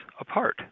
apart